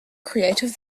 creative